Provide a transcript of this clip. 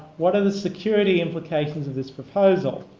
what are the security implications of this proposal?